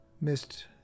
missed